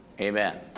amen